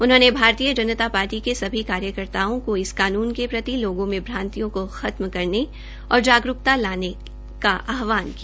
उन्होंन भारतीय जनता पार्टी के सभी कार्यकर्ताओं को इस कानून के प्रति लोगों में भ्रांतियों के खतम करने और जागरूकता लाने का आहवान किया